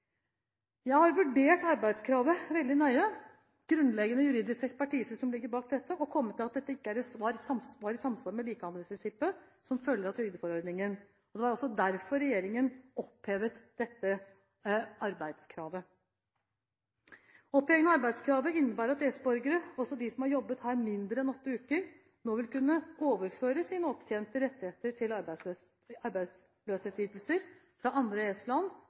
Jeg har vurdert arbeidskravet veldig nøye – det er grunnleggende juridisk ekspertise som ligger bak dette – og kommet til at dette ikke er i samsvar med likebehandlingsprinsippet som følger av trygdeforordningen. Det var altså derfor regjeringen opphevet dette arbeidskravet. Opphevingen av arbeidskravet innebærer at EØS-borgere – også de som har jobbet her mindre enn åtte uker – nå vil kunne overføre sine opptjente rettigheter til arbeidsløshetsytelser fra andre